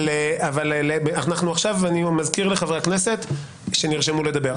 אני מזכיר לחברי הכנסת שנרשמו לדבר,